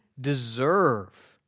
deserve